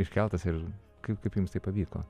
iškeltas ir kaip kaip jums pavyko